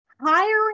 Hiring